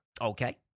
Okay